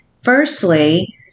Firstly